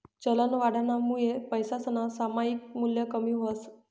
चलनवाढनामुये पैसासनं सामायिक मूल्य कमी व्हस